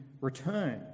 return